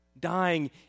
Dying